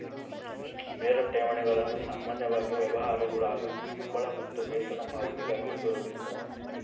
ನೇರ ಠೇವಣಿಗಳನ್ನು ಸಾಮಾನ್ಯವಾಗಿ ವ್ಯವಹಾರಗುಳಾಗ ಸಂಬಳ ಮತ್ತು ವೇತನ ಪಾವತಿಗಾಗಿ ಉಪಯೋಗಿಸ್ತರ